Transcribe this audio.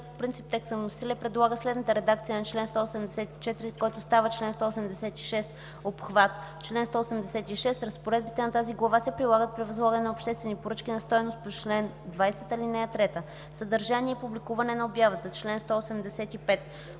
принцип текста на вносителя и предлага следната редакция на чл. 184, който става чл. 186: „Обхват Чл. 186. Разпоредбите на тази глава се прилагат при възлагане на обществени поръчки на стойност по чл. 20, ал. 3.” „Съдържание и публикуване на обявата” – чл. 185.